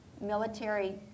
military